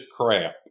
crap